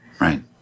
right